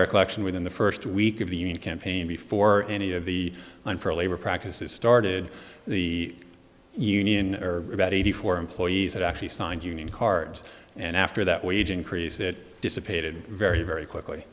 recollection within the first week of the union campaign before any of the on for labor practices started the union about eighty four employees had actually signed union cards and after that wage increase it dissipated very very quickly